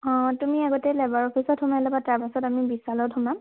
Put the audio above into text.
অঁ তুমি আগতে লেবাৰ অফিচত সোমাই ল'বা তাৰপাছত আমি বিশালত সোমাম